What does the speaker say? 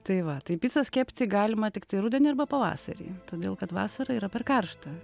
tai va tai picas kepti galima tiktai rudenį arba pavasarį todėl kad vasarą yra per karšta